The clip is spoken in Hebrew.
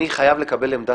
אני רק רוצה להבין.